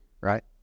right